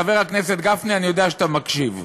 חבר הכנסת גפני, אני יודע שאתה מקשיב.